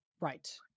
Right